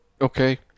okay